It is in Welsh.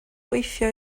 gweithio